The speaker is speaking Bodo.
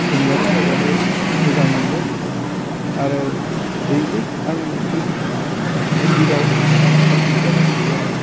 लोमजानाय साजानाय मोजां मोनदो आरो दैलिग आं बे मन्दिराव आं साथि लगायबाय थायो आरो